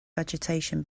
vegetation